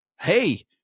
hey